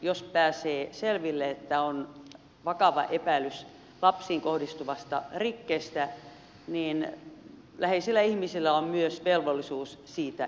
jos pääsee selville että on vakava epäilys lapsiin kohdistuvasta rikkeestä niin läheisillä ihmisillä on myös velvollisuus siitä ilmoittaa eteenpäin